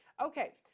Okay